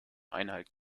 einhalt